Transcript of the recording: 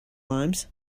limes